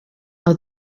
are